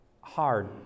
hard